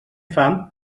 fam